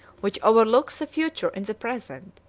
which overlooks the future in the present,